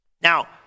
Now